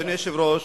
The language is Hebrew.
אדוני היושב-ראש,